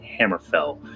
Hammerfell